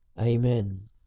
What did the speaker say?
Amen